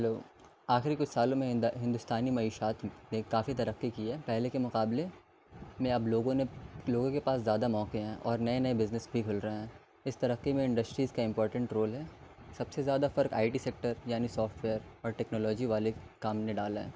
hello آخری کچھ سالوں میں ہ ہندوستانی معیشت نے کافی ترقی کی ہے پہلے کے مقابلے میں اب لوگوں نے لوگوں کے پاس زیادہ موقعے ہیں اور نئے نئے بزنس بھی کھل رہے ہیں اس ترقی میں انڈسٹریز کا امپورٹینٹ رول ہے سب سے زیادہ فرق آئی ٹی سیکٹر ینی سافٹ ویئر اور ٹیکنالوجی والے کام نے ڈالا ہے